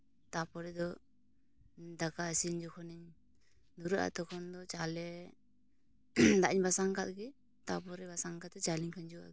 ᱛᱟᱨᱯᱚᱨᱮ ᱫᱚ ᱫᱟᱠᱟ ᱤᱥᱤᱱ ᱡᱚᱠᱷᱚᱱᱤᱧ ᱫᱷᱩᱨᱟᱹᱜᱼᱟ ᱛᱚᱠᱷᱚᱱ ᱫᱚ ᱪᱟᱣᱞᱮ ᱫᱟᱜ ᱤᱧ ᱵᱟᱥᱟᱝ ᱠᱟᱜ ᱜᱮ ᱛᱟᱨᱯᱚᱨᱮ ᱵᱟᱥᱟᱝ ᱠᱟᱛᱮᱫ ᱪᱟᱣᱞᱮᱧ ᱠᱷᱟᱡᱚ ᱟᱸᱜ ᱜᱮ